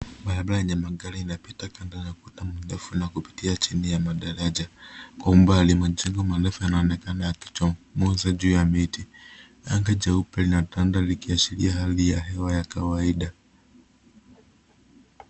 Barabara yenye gari inapita kando ya kuta ndefu na kupitia chini ya madaraja. Kwa umbali, majengo marefu yanaoonekana yakichomoza juu ya miti. Anga jeupe linatanda, likiashiria hali ya hewa ya kawaida.